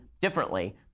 differently